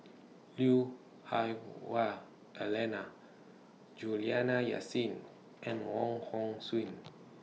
Lui Hah Wah Elena Juliana Yasin and Wong Hong Suen